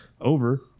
Over